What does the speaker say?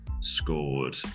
scored